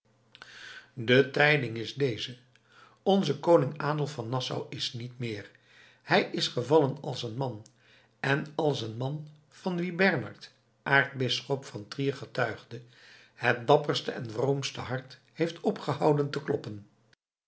de tijding is deze onze koning adolf van nassau is niet meer hij is gevallen als man en als een man van wien bernard aartsbisschop van trier getuigde het dapperste en vroomste hart heeft opgehouden te kloppen